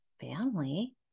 family